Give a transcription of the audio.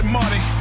money